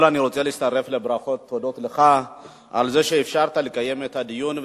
אני רוצה להצטרף לברכות ולתודות לך על כך שאפשרת לקיים את הדיון,